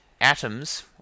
atoms